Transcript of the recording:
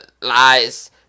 lies